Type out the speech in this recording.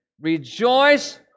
Rejoice